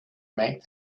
make